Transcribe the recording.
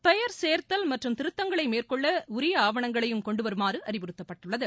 பெயர் சேர்த்தல் மற்றும் திருத்தங்களை மேற்கொள்ள உரிய ஆவணங்களையும் கொண்டுவருமாறு அறிவுறுத்தப்பட்டுள்ளது